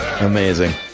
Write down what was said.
Amazing